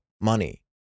money